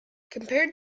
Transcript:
compared